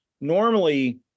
normally